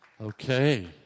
Okay